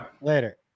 Later